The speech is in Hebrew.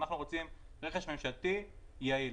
אנחנו רוצים רכש ממשלתי יעיל.